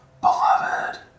beloved